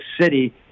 city